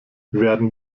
werden